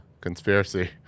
conspiracy